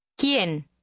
¿Quién